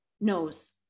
knows